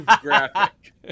graphic